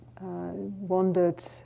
wandered